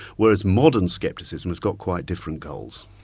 whereas modern skepticism has got quite different goals.